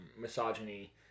misogyny